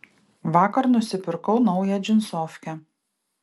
vakar nusipirkau naują džinsofkę